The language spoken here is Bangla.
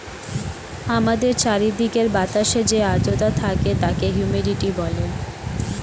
আমাদের চারিদিকের বাতাসে যে আর্দ্রতা থাকে তাকে হিউমিডিটি বলে